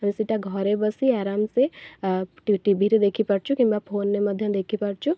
ଆମେ ସେଇଟା ଘରେ ବସି ଆରାମ ସେ ଟିଭିରେ ଦେଖିପାରୁଛୁ କିମ୍ବା ଫୋନ୍ରେ ମଧ୍ୟ ଦେଖିପାରୁଛୁ